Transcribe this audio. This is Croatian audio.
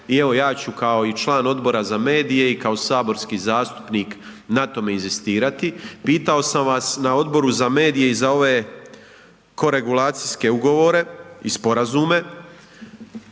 I evo ja ću kao član Odbora za medije i kao saborski zastupnik na tome inzistirati. Pitao sam vas na Odboru za medije i za ove koregulacijske ugovore i sporazume,